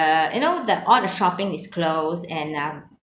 the you know the all the shopping is closed and um